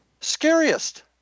Scariest